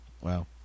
Wow